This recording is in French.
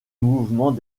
mouvement